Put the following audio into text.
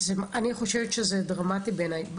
זה דרמטי בעיניי,